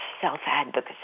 self-advocacy